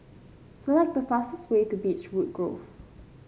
select the fastest way to Beechwood Grove